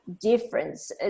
difference